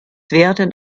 werden